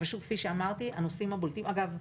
אגב,